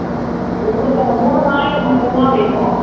okay எங்களுக்கு அந்த மூணு நாளைக்கு மட்டும்தான் வேணும்